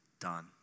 done